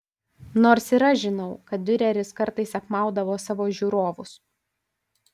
nors ir aš žinau kad diureris kartais apmaudavo savo žiūrovus